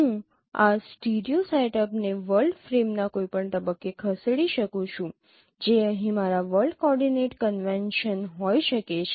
હું આ stereo setup ને વર્લ્ડ ફ્રેમના કોઈપણ તબક્કે ખસેડી શકું છું જે અહીં મારા વર્લ્ડ કોઓર્ડિનેટ કન્વેન્શન હોઈ શકે છે